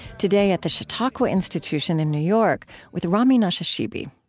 today at the chautauqua institution in new york with rami nashashibi.